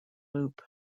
loop